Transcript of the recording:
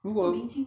如果